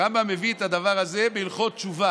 הרמב"ם מביא את הדבר הזה בהלכות תשובה,